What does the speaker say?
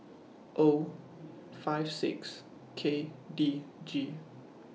O five six K D G